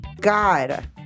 god